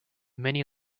many